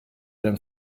than